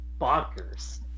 bonkers